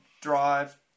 drive